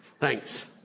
Thanks